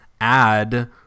add